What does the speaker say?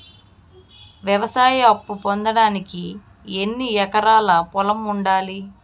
వ్యవసాయ అప్పు పొందడానికి ఎన్ని ఎకరాల పొలం ఉండాలి?